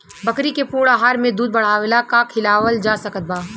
बकरी के पूर्ण आहार में दूध बढ़ावेला का खिआवल जा सकत बा?